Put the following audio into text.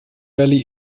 valley